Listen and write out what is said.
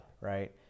Right